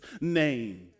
name